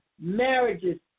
marriages